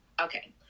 Okay